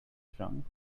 trunk